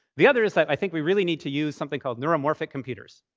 the other is that i think we really need to use something called neuromorphic computers.